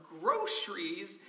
groceries